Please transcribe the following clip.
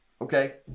Okay